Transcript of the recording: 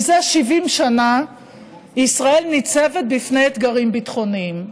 זה 70 שנה ישראל ניצבת בפני אתגרים ביטחוניים.